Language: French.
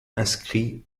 inscrit